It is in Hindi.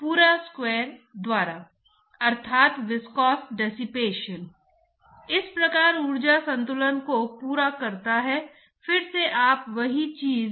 तो कोई भी द्रव प्रवाह आपके पास लामिनार या टर्बूलेंट हो सकता है और कहीं बीच में संक्रमण क्षेत्र है